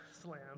slam